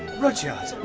rudyard?